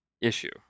issue